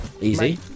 Easy